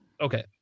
okay